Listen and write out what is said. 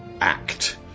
act